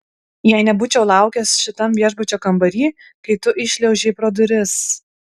jei nebūčiau laukęs šitam viešbučio kambary kai tu įšliaužei pro duris